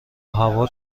هوا